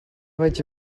vaig